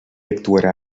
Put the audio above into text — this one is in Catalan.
actuarà